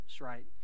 right